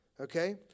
okay